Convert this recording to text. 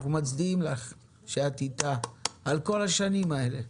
אנחנו מצדיעים לך שאת איתה, על כל השנים האלה.